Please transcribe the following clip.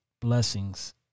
blessings